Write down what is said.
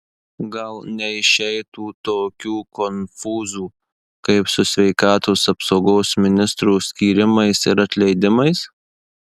gal neišeitų tokių konfūzų kaip su sveikatos apsaugos ministrų skyrimais ir atleidimais